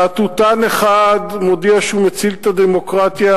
להטוטן אחד מודיע שהוא מציל את הדמוקרטיה,